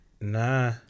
nah